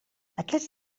aquest